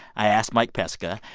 i asked mike pesca,